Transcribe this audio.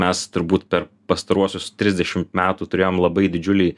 mes turbūt per pastaruosius trisdešimt metų turėjom labai didžiulį